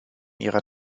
ihrer